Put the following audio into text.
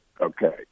Okay